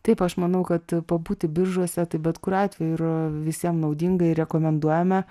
taip aš manau kad pabūti biržuose tai bet kuriuo atveju ir visiem naudinga ir rekomenduojame